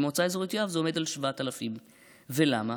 אז במועצה האזורית יואב זה עומד על 7,000. ולמה?